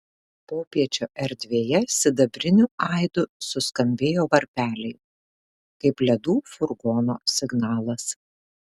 popiečio erdvėje sidabriniu aidu suskambėjo varpeliai kaip ledų furgono signalas